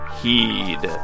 heed